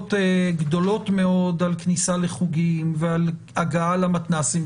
הגבלות גדולות מאוד על כניסה לחוגים ועל הגעה למתנ"סים,